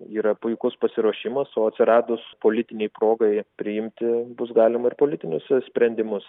yra puikus pasiruošimas o atsiradus politinei progai priimti bus galima ir politinius sprendimus